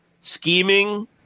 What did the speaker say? scheming